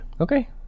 Okay